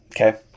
okay